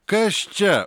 kas čia